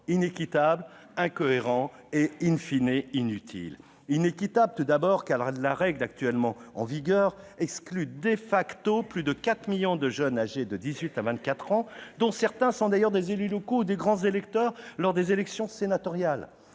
inéquitable, incohérent et inutile. Inéquitable, tout d'abord, car la règle actuellement en vigueur exclut plus de 4 millions de jeunes âgés de dix-huit à vingt-quatre ans, dont certains sont des élus locaux ou des grands électeurs lors des élections sénatoriales.